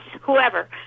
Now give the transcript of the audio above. whoever